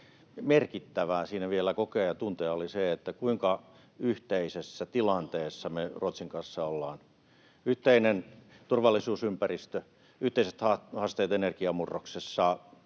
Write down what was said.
merkittävää siinä vielä kokea ja tuntea, oli se, kuinka yhteisessä tilanteessa me Ruotsin kanssa ollaan. Yhteinen turvallisuusympäristö, yhteiset haasteet energiamurroksessa,